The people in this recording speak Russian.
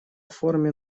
форме